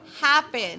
happen